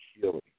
healing